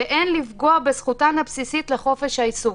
מקבלים לטיפולנו כל יום עשרות פניות חדשות על חשד להתעללות,